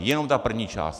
Jenom ta první část.